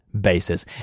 basis